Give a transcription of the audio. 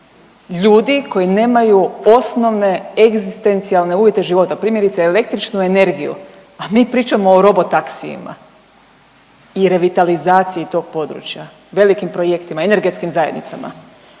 ljudi koji nemaju osnovne egzistencijalne uvjete života, primjerice električnu energiju, a mi pričamo o robo taksijima i revitalizaciji tog područja, velikim projektima, energetskim zajednicama.